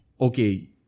okay